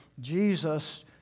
Jesus